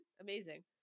Amazing